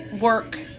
work